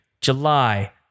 July